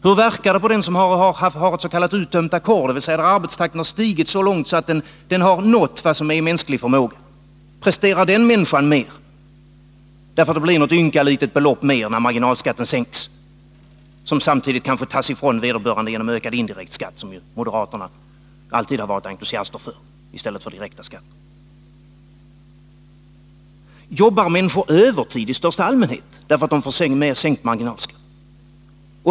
Hur verkar det på den som har ett s.k. uttömt ackord, dvs. där arbetstakten har stigit så långt att den har nått vad som är i mänsklig förmåga? Presterar den människan mer därför att han får ett ynka litet belopp mer när marginalskatten sänks? Detta kanske samtidigt tas ifrån vederbörande genom ökad indirekt skatt, som ju moderaterna alltid har varit entusiaster för i stället för direkta skatter. Jobbar människor övertid i största allmänhet därför att de får sänkt marginalskatt?